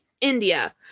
india